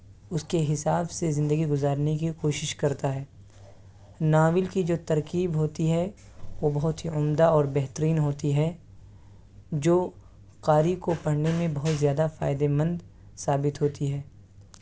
اس کے حساب سے زندگی گزارنے کی کوشش کرتا ہے ناول کی جو ترکیب ہوتی ہے وہ بہت ہی عمدہ اور بہترین ہوتی ہے جو قاری کو پڑھنے میں بہت زیادہ فائدہ مند ثابت ہوتی ہے